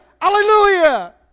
Hallelujah